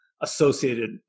associated